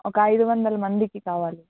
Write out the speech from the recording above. ఒక ఐదు వందల మందికి కావాలి